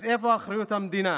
אז איפה אחריות המדינה